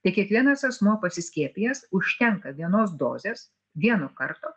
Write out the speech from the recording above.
tai kiekvienas asmuo pasiskiepijęs užtenka vienos dozės vieno karto